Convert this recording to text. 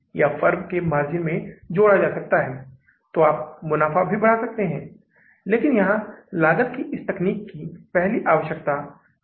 यह 318000 डॉलर है जिसे हमें किसी स्रोत से जुटाना होगा और इसके लिए हमें वित्तपोषण की व्यवस्था की आवश्यकता है